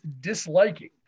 disliking